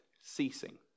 ceasing